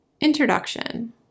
Introduction